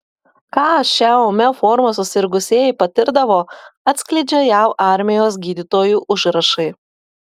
ką šia ūmia forma susirgusieji patirdavo atskleidžia jav armijos gydytojų užrašai